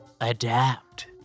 adapt